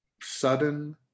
sudden